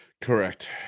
correct